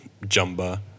Jumba